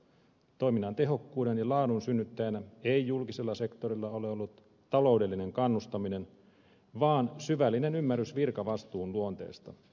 toiminnan tehokkuuden ja laadun synnyttäjänä ei julkisella sektorilla ole ollut taloudellinen kannustaminen vaan syvällinen ymmärrys virkavastuun luonteesta